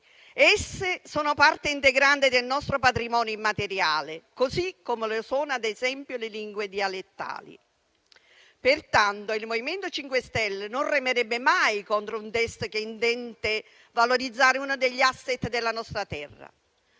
Esse sono parte integrante del nostro patrimonio immateriale, così come lo sono, ad esempio, le lingue dialettali. Pertanto, il MoVimento 5 Stelle non remerebbe mai contro un testo che intende valorizzare uno degli *asset* della nostra terra.